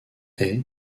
est